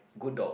good dog